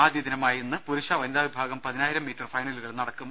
ആദ്യദിനമായ ഇന്ന് പുരുഷ വനിതാ വിഭാഗം പതിനായിരം മീറ്റർ ഫൈനലുകൾ നടക്കും